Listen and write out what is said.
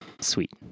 Sweet